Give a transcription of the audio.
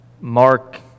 Mark